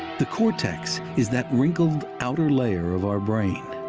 the cortex is that wrinkled outer layer of our brain.